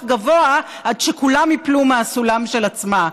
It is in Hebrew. גבוה עד שכולם ייפלו מהסולם של עצמה.